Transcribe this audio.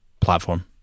platform